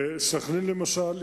סח'נין למשל,